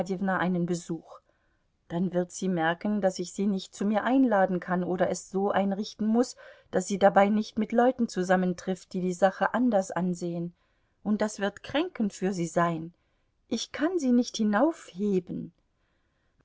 einen besuch dann wird sie merken daß ich sie nicht zu mir einladen kann oder es so einrichten muß daß sie dabei nicht mit leuten zusammentrifft die die sache anders ansehen und das wird kränkend für sie sein ich kann sie nicht